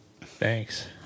Thanks